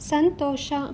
ಸಂತೋಷ